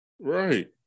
Right